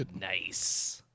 nice